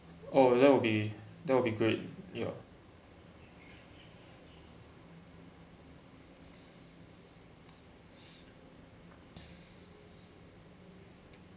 oh that will be that will be great ya